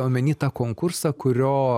omeny tą konkursą kurio